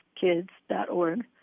Kids.org